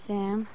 Sam